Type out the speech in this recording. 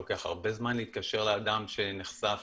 לוקח הרבה זמן להתקשר לאדם שנחשף,